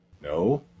No